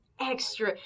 extra